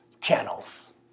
channels